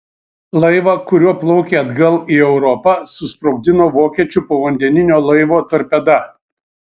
laivą kuriuo plaukė atgal į europą susprogdino vokiečių povandeninio laivo torpeda